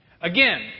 Again